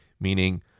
meaning